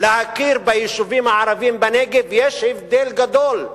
להכיר ביישובים הערביים בנגב, יש הבדל גדול.